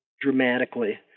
dramatically